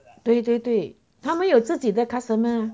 对对对他们有自己的 customer